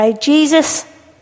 Jesus